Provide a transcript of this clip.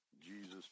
Jesus